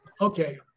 Okay